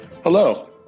Hello